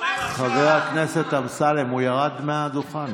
התלונן עכשיו, חבר הכנסת אמסלם, הוא ירד מהדוכן.